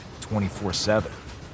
24-7